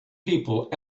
people